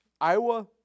Iowa